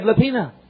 Lapina